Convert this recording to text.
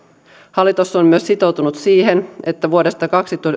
hallitus on sitoutunut myös siihen että vuodesta